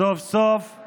סוף-סוף עם